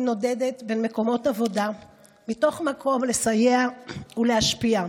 נודדת בין מקומות עבודה מתוך רצון לסייע ולהשפיע.